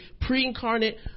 pre-incarnate